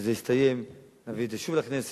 וכשזה יסתיים נביא את זה שוב לכנסת,